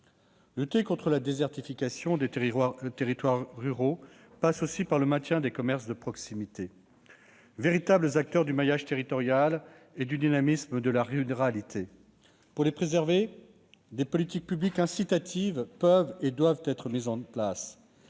Lutter contre la désertification des territoires ruraux passe aussi par le maintien de commerces de proximité, véritables acteurs du maillage territorial et du dynamisme de la ruralité. Pour les préserver, des politiques publiques incitatives peuvent et doivent être mises en place.